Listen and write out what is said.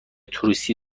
توریستی